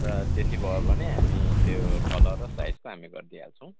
र त्यति भयो भने हामी त्यो कलर र साइजमा हामी गरिदिइहाल्छौँ